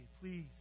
please